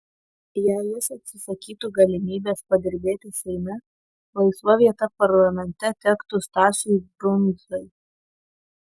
jei jis atsisakytų galimybės padirbėti seime laisva vieta parlamente tektų stasiui brundzai